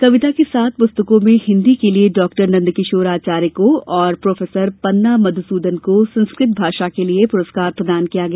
कविता की सात पुस्तको में हिन्दी के लिए डॉ नंद किशोर आचार्य को और प्रो पन्ना मधुसूदन को संस्कृत भाषा के लिए पुरस्कार प्रदान किया गया